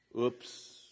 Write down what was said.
Oops